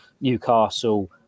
Newcastle